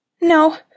No